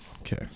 Okay